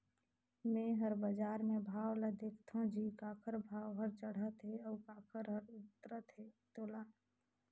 मे हर बाजार मे भाव ल देखथों जी काखर भाव हर चड़हत हे अउ काखर हर उतरत हे तोला